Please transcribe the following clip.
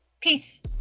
Peace